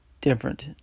different